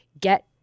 get